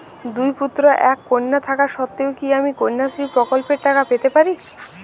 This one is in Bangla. দুই পুত্র এক কন্যা থাকা সত্ত্বেও কি আমি কন্যাশ্রী প্রকল্পে টাকা পেতে পারি?